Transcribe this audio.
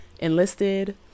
Enlisted